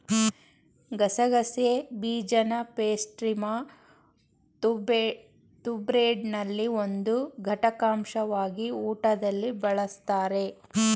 ಗಸಗಸೆ ಬೀಜನಪೇಸ್ಟ್ರಿಮತ್ತುಬ್ರೆಡ್ನಲ್ಲಿ ಒಂದು ಘಟಕಾಂಶವಾಗಿ ಊಟದಲ್ಲಿ ಬಳಸ್ತಾರೆ